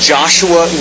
Joshua